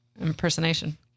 impersonation